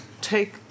take